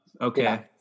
okay